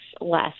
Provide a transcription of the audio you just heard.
less